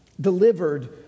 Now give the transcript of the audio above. delivered